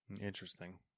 Interesting